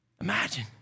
Imagine